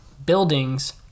buildings